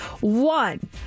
One